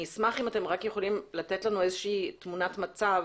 אשמח אם אתם יכולים לתת לנו תמונת מצב